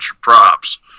props